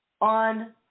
on